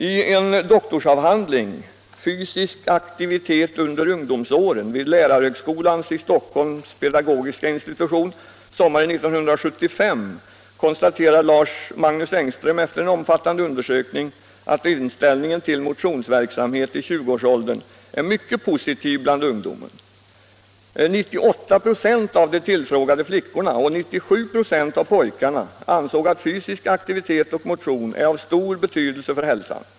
I en doktorsavhandling ”Fysisk aktivitet under ungdomsåren” vid pedagogiska institutionen vid lärarhögskolan i Stockholm sommaren 1975 konstaterar Lars-Magnus Engström efter en omfattande undersökning att inställningen till motionsverksamhet i 20-årsåldern är mycket positiv bland ungdomen. 98 94 av de tillfrågade flickorna och 97 96 av pojkarna ansåg att fysisk aktivitet och motion är av stor betydelse för hälsan.